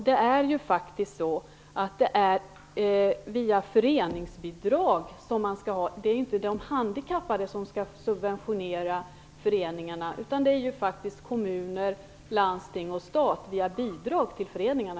Det är ju inte de handikappade som skall subventionera föreningarna, utan det är i stället kommuner, landsting och stat via bidrag till föreningarna.